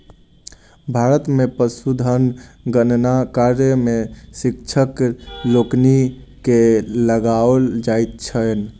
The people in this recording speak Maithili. भारत मे पशुधन गणना कार्य मे शिक्षक लोकनि के लगाओल जाइत छैन